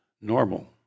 normal